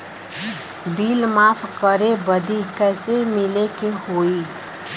Bill माफ करे बदी कैसे मिले के होई?